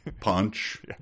punch